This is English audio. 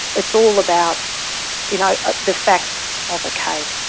it's all about you know ah the facts of a case.